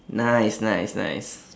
nice nice nice